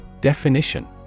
Definition